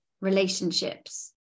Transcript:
relationships